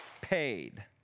Paid